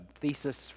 thesis